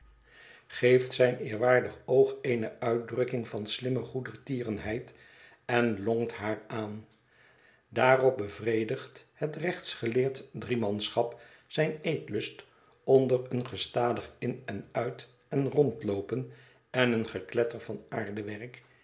geeft zijn eerwaardig oog eene uitdrukking van slimme goedertierenheid en lonkt haar aan daarop bevredigt het rechtsgeleerd driemanschap zijn eetlust onder een gestadig in en uit en rondloopen en een gekletter van aardewerk